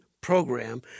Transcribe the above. program